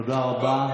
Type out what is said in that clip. תודה רבה.